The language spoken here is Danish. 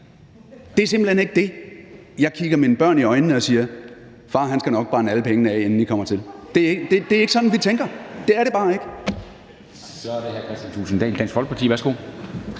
Det er simpelt hen ikke det, jeg kigger mine børn i øjnene og siger, altså at far nok skal brænde alle pengene af, inden de kommer til. Det er ikke sådan, vi tænker. Det er det bare ikke.